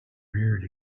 reared